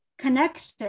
connection